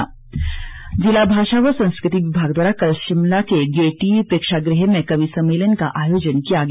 कवि सम्मेलन ज़िला भाषा व संस्कृति विभाग द्वारा कल शिमला के गेयटी प्रेक्षागृह में कवि सम्मेलन का आयोजन किया गया